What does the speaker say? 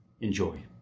Enjoy